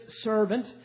servant